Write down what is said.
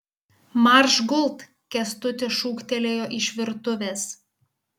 marš gult kęstutis šūktelėjo iš virtuvės